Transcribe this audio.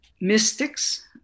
mystics